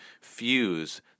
fuse